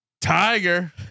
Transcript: tiger